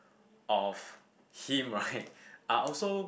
of him right I also